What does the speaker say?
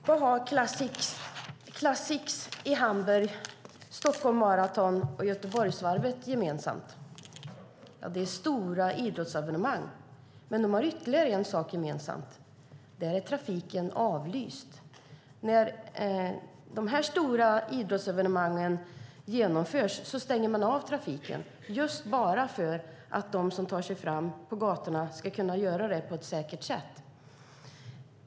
Fru talman! Vad har Cyclassics i Hamburg, Stockholm Marathon och Göteborgsvarvet gemensamt? Ja, det är stora idrottsevenemang, men de har ytterligare en sak gemensamt. Då är trafiken avlyst. När dessa stora evenemang genomförs stängs trafiken av för att de som tar sig fram på gatorna ska kunna göra det på ett säkert sätt.